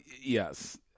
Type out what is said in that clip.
yes